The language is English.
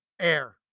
air